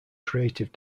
creative